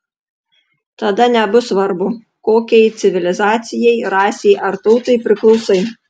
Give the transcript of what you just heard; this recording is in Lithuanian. tada nebus svarbu kokiai civilizacijai rasei ar tautai priklausai